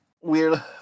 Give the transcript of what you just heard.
weird